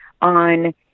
on